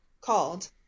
called